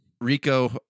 Rico